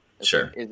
Sure